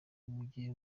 muge